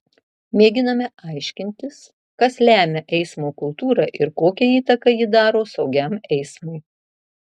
mėginame aiškintis kas lemia eismo kultūrą ir kokią įtaką ji daro saugiam eismui